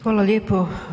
Hvala lijepo.